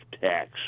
tax